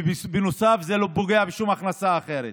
ובנוסף, זה לא פוגע בשום הכנסה אחרת.